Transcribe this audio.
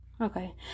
Okay